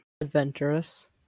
adventurous